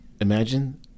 imagine